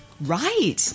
Right